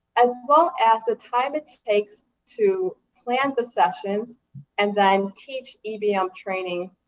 as well as the time it takes to plan the sessions and then teach ebm ah um training,